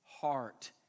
heart